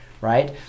right